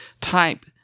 type